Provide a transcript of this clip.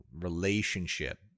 relationship